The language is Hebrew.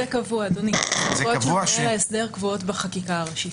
כל הוראות ההסדר קבועות בחקיקה הראשית.